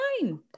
fine